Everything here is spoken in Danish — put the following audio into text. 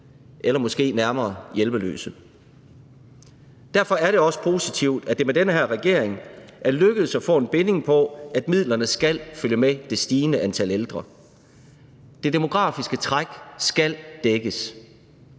eller måske nærmere hjælpeløse. Derfor er det også positivt, at det med den her regering er lykkedes at få en binding på, at midlerne skal følge med det stigende antal ældre. Det demografiske træk skal dækkes.